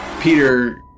Peter